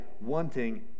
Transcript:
wanting